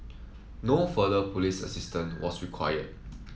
no further police assistance was required